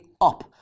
up